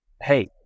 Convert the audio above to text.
hey